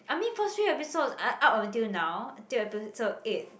I mean first few episode up until now till episode eight